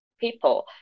people